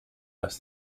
las